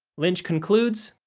lynch concludes,